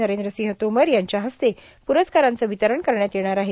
नरेंद्रसिंह तोमर यांच्या हस्ते प्रस्कारांचे वितरण करण्यात येणार आहे